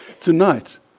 Tonight